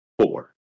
four